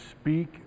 speak